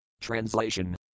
Translation